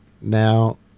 Now